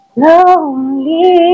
Lonely